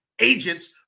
agents